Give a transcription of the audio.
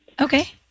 Okay